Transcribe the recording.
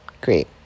great